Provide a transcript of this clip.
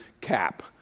cap